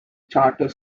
charter